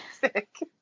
sick